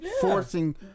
Forcing